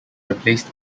replaced